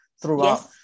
throughout